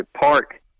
Park